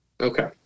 Okay